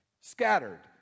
scattered